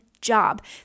job